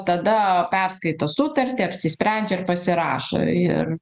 tada perskaito sutartį apsisprendžia ir pasirašo ir